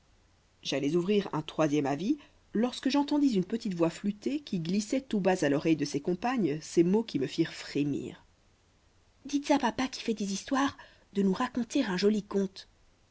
j'allais ouvrir un troisième avis lorsque j'entendis une petite voix flûtée qui glissait tout bas à l'oreille de ses compagnes ces mots qui me firent frémir dites à papa qui fait des histoires de nous raconter un joli conte